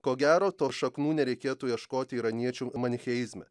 ko gero to šaknų nereikėtų ieškoti iraniečių manicheizme